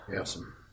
Awesome